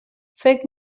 فکر